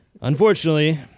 unfortunately